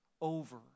over